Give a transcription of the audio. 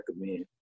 recommend